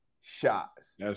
shots